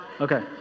Okay